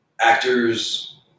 actors